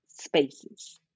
spaces